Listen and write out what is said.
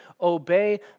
Obey